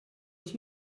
was